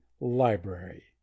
library